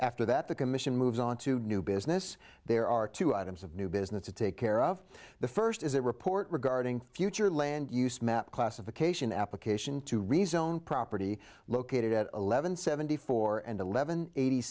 after that the commission moves on to new business there are two items of new business to take care of the first is that report regarding future land use map classification application to rezone property located at eleven seventy four and eleven eighty